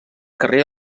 carrer